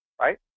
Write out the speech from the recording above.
right